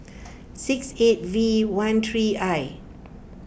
six eight V one three I